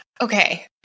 okay